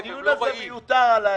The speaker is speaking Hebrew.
הדיון על ה-1/12 הוא מיותר.